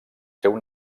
seu